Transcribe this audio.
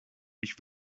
ich